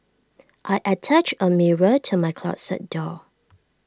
I attached A mirror to my closet door